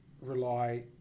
rely